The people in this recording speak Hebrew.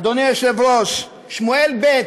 אדוני היושב-ראש, שמואל ב'